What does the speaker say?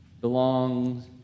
belongs